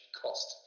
cost